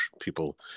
people